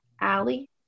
Allie